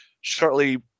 shortly